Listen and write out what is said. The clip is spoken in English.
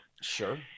Sure